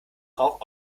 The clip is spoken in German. rauch